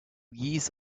geese